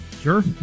Sure